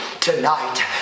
Tonight